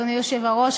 אדוני היושב-ראש,